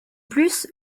plus